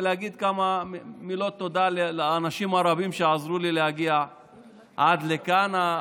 ולהגיד כמה מילות תודה לאנשים הרבים שעזרו לי להגיע עד כאן.